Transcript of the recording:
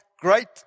Great